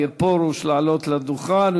אני מבקש מסגן שר החינוך הרב מאיר פרוש לעלות לדוכן.